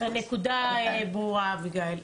הנקודה ברורה, אביגיל.